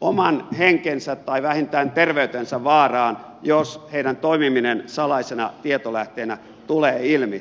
oman henkensä tai vähintään terveytensä vaaraan jos heidän toimiminen salaisena tietolähteenä tulee ilmi